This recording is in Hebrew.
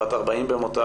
בת 40 במותה,